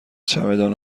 چمدان